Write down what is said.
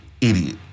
idiot